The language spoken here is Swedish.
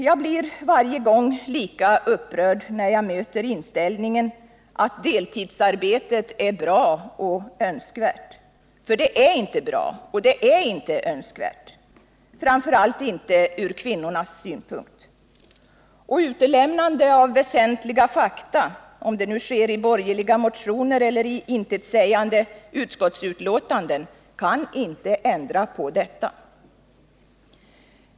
Jag blir varje gång lika upprörd när jag möter inställningen att deltidsarbetet är bra och önskvärt. För det är inte bra, och det är inte önskvärt, framför allt inte från kvinnornas synpunkt. Och utelämnande av väsentliga fakta — vare sig det sker i borgerliga motioner eller intetsägande utskottsbetänkanden — kan inte ändra på detta.